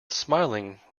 smiling